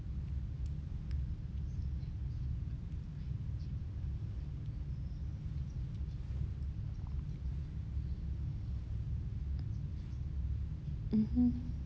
mmhmm